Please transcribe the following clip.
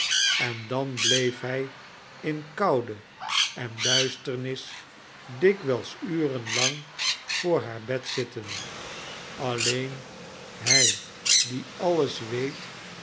en dan bleef hij in koude en duisternis dikwijls uren lang voor haar bed zitten alleen hij die alles weet